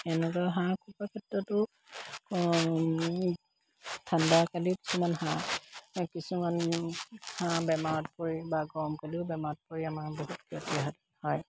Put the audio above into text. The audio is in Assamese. সেনেদৰে হাঁহ কুকুৰাৰ ক্ষেত্ৰতো ঠাণ্ডা কালিও কিছুমান হাঁহ কিছুমান হাঁহ বেমাৰত পৰি বা গৰমকালিও বেমাৰত পৰি আমাৰ বহুত ক্ষতি হয়